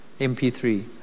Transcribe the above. MP3